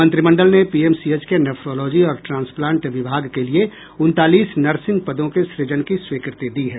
मंत्रिमडल ने पीएमसीएच के नेफ़ोलौजी और ट्रांसप्लांट विभाग के लिए उनतालीस नर्सिंग पदों के सुजन की स्वीकृति दी है